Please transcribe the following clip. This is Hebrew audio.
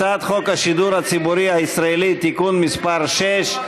הצעת חוק השידור הציבורי הישראלי (תיקון מס' 6),